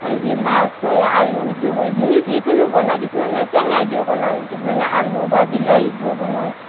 হেৰি মাছ এই আলু সিদ্ধ কৰি যোনে যিকোনো বনায় কিছুমানে টেঙাই দিও বনায় কিছুমানে আলু বা বিলাহী দিও বনায়